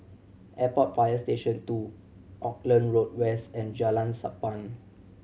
Airport Fire Station Two Auckland Road West and Jalan Sappan